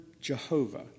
Jehovah